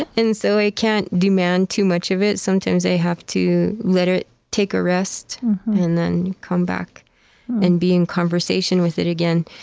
and so i can't demand too much of it. sometimes i have to let it take a rest and then come back and be in conversation with it again.